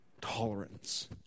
tolerance